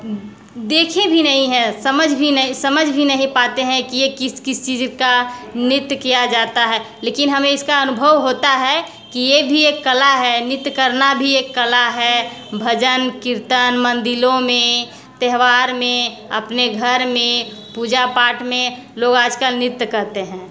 देखे भी नहीं हैं समझ भी नहीं समझ भी नहीं पाते हैं कि ये किस किस चीज़ का नृत्य किया जाता है लेकिन हमें इसका अनुभव होता है कि ये भी एक कला है नृत्य करना भी एक कला है भजन कीर्तन मंदिरों में त्यौहार में अपने घर में पूजा पाठ में लोग आज कल नृत्य करते हैं